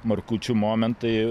markučių momentai